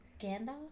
Gandalf